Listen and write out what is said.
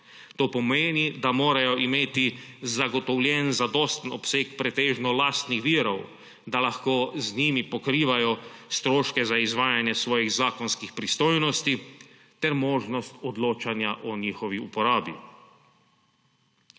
To pomeni, da morajo imeti zagotovljen zadosten obseg pretežno lastnih virov, da lahko z njimi pokrivajo stroške za izvajanje svojih zakonskih pristojnosti, ter možnost odločanja o njihovi uporabi.